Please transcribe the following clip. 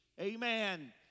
amen